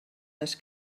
les